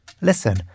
Listen